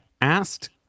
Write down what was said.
asked